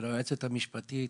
וליועצת המשפטית,